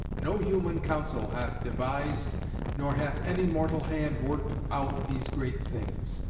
no human counsel hath devised nor hath any mortal hand worked out these great things.